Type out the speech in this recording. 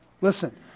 Listen